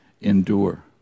endure